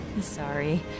Sorry